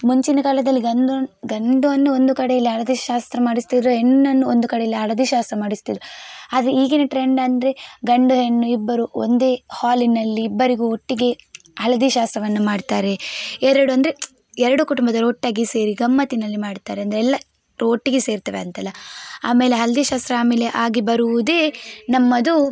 ಮುಂಚಿನ ಕಾಲದಲ್ಲಿ ಗಂಡು ಗಂಡನ್ನು ಒಂದು ಕಡೆಯಲ್ಲಿ ಹಳದಿ ಶಾಸ್ತ್ರ ಮಾಡಿಸ್ತಿದ್ರು ಹೆಣ್ಣನ್ನು ಒಂದು ಕಡೆಯಲ್ಲಿ ಹಳದಿ ಶಾಸ್ತ್ರ ಮಾಡಿಸ್ತಿದ್ರು ಆದರೆ ಈಗಿನ ಟ್ರೆಂಡ್ ಅಂದರೆ ಗಂಡು ಹೆಣ್ಣು ಇಬ್ಬರು ಒಂದೇ ಹಾಲಿನಲ್ಲಿ ಇಬ್ಬರಿಗೂ ಒಟ್ಟಿಗೆ ಹಳದಿ ಶಾಸ್ತ್ರವನ್ನು ಮಾಡ್ತಾರೆ ಎರಡು ಅಂದರೆ ಎರಡು ಕುಟುಂಬದವರು ಒಟ್ಟಾಗಿ ಸೇರಿ ಗಮ್ಮತ್ತಿನಲ್ಲಿ ಮಾಡ್ತಾರೆ ಅಂದರೆ ಎಲ್ಲರೂ ಒಟ್ಟಿಗೆ ಸೇರ್ತೇವೆ ಅಂತೆಲ್ಲ ಆಮೇಲೆ ಹಳದಿ ಶಾಸ್ತ್ರ ಆಮೇಲೆ ಆಗಿ ಬರುವುದೇ ನಮ್ಮದು